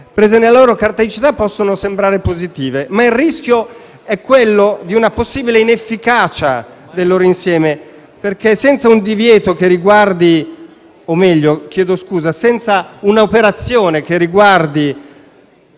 direbbe un illustre collega - possono anche sembrare positive, ma il rischio è quello di una possibile inefficacia del loro insieme, perché, senza un'operazione che riguardi